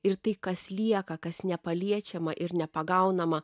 ir tai kas lieka kas nepaliečiama ir nepagaunama